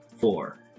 four